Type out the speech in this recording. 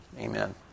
amen